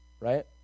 right